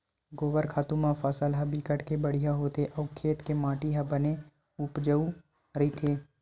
गोबर खातू म फसल ह बिकट के बड़िहा होथे अउ खेत के माटी ह बने उपजउ रहिथे